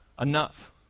enough